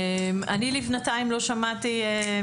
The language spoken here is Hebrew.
אני לבינתיים לא שמעתי.